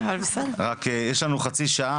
אני אעשה את זה קצר,